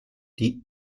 die